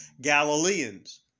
Galileans